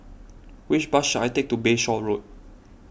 which bus should I take to Bayshore Road